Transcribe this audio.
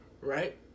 right